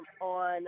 on